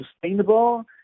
sustainable